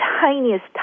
tiniest